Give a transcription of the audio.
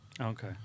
Okay